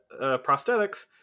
prosthetics